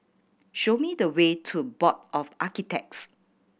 show me the way to Board of Architects